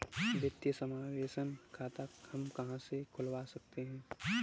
वित्तीय समावेशन खाता हम कहां से खुलवा सकते हैं?